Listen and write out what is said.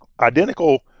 identical